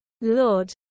Lord